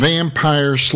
Vampire